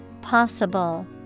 Possible